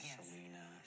Selena